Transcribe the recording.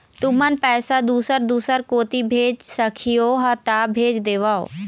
तुमन पैसा दूसर दूसर कोती भेज सखीहो ता भेज देवव?